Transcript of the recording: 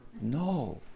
no